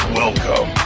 welcome